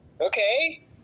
Okay